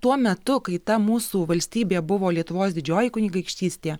tuo metu kai ta mūsų valstybė buvo lietuvos didžioji kunigaikštystė